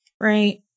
Right